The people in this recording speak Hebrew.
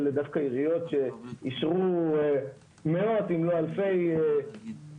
אלה דווקא עיריות שאישרו מאות אם לא אלפי בבקשות